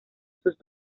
sus